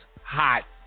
hot